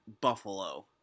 Buffalo